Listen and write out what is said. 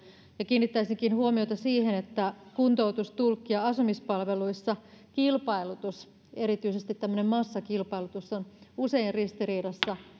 kiinnittäisinkin huomiota siihen että kuntoutus tulkki ja asumispalveluissa kilpailutus erityisesti tämmöinen massakilpailutus on usein ristiriidassa